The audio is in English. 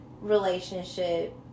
relationship